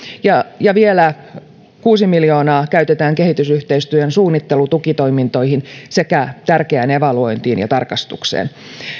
ja ja vielä kuusi miljoonaa käytetään kehitysyhteistyön suunnittelutukitoimintoihin sekä tärkeään evaluointiin ja tarkastukseen